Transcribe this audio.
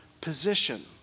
position